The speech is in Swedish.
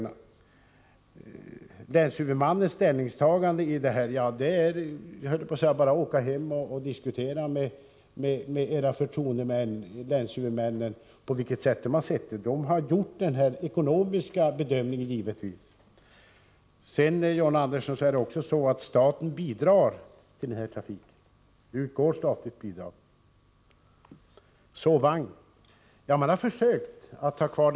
Beträffande länshuvudmannens ställningstagande: Det är bara att åka hem och diskutera med era förtroendemän, länshuvudmännen, på vilket sätt de har bedömt frågan. De har givetvis gjort den ekonomiska bedömningen. Det är också så, John Andersson, att staten bidrar till den här trafiken — det utgår statliga bidrag. Den aktuella sovvagnsförbindelsen har man försökt ha kvar.